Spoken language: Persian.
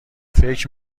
فکر